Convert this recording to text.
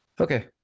okay